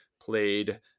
played